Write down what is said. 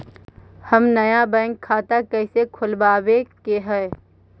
हम नया बैंक खाता कैसे खोलबाबे के है?